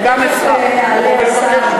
תכף יעלה השר,